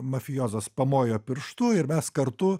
mafiozas pamojo pirštu ir mes kartu